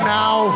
now